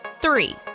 three